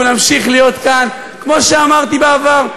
אנחנו נמשיך להיות כאן, כמו שאמרתי בעבר.